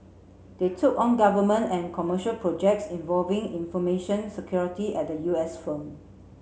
they took on government and commercial projects involving information security at the U S firm